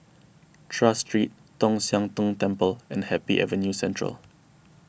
Tras Street Tong Sian Tng Temple and Happy Avenue Central